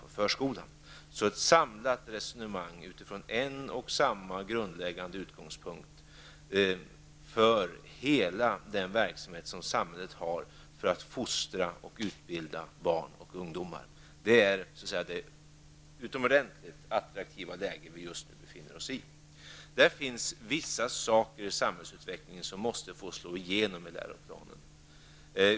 Det handlar alltså om ett samlat resonemang utifrån en och samma grundläggande utgångspunkt för hela den verksamhet som samhället har för att fostra och utbilda barn och ungdomar. I detta utomordentligt attraktiva läge befinner vi oss just nu. Vissa saker i samhällsutvecklingen måste få slå igenom i läroplanen.